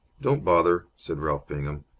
don't bother, said ralph bingham.